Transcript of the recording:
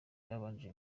babanje